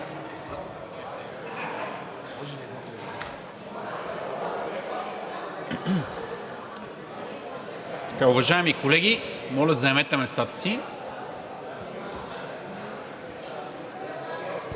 Уважаеми колеги, моля, заемете местата си.